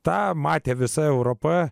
tą matė visa europa